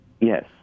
Yes